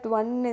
one